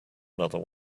another